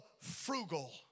frugal